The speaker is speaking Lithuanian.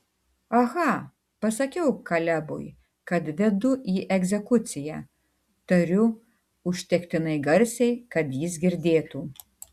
aha pasakiau kalebui kad vedu į egzekuciją tariu užtektinai garsiai kad jis girdėtų